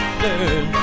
learn